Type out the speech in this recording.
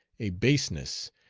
a baseness,